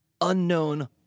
unknown